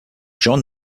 john